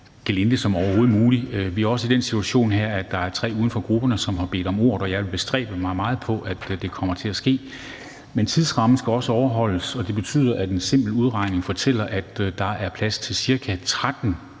Vi er også i den situation her, at der er tre uden for grupperne, som har bedt om ordet, og jeg vil bestræbe mig meget på, at det kommer til at ske, men tidsrammen skal også overholdes, og en simpel udregning fortæller mig, at der derfor er plads til ca. 13